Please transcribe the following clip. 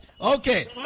okay